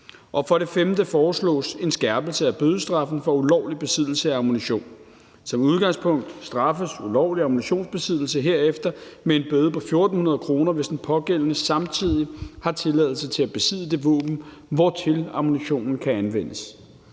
For det femte foreslås en skærpelse af bødestraffen for ulovlig besiddelse af ammunition. Som udgangspunkt straffes ulovlig ammunitionsbesiddelse herefter med en bøde på 1.400 kr., hvis den pågældende samtidig har tilladelse til at besidde det våben, hvortil ammunitionen kan anvendes.